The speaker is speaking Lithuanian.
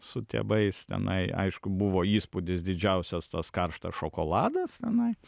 su tėvais tenai aišku buvo įspūdis didžiausias tas karštas šokoladas tenai